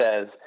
says